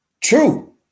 True